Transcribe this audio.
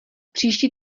příští